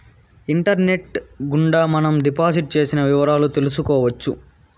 internet గుండా మనం deposit చేసిన వివరాలు తెలుసుకోవచ్చు